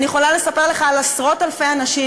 אני יכולה לספר לך על עשרות-אלפי אנשים